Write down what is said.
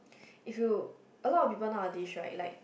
if you a lot of people nowadays right like